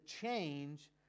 change